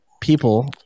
people